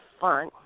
fun